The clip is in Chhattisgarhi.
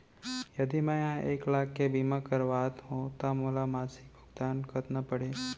यदि मैं ह एक लाख के बीमा करवात हो त मोला मासिक भुगतान कतना पड़ही?